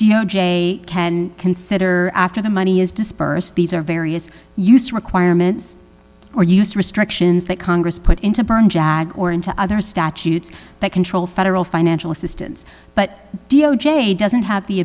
jay can consider after the money is dispersed these are various use requirements or use restrictions that congress put into berne jag or into other statutes that control federal financial assistance but d o j doesn't have the